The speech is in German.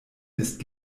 ist